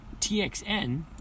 TXN